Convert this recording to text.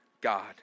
God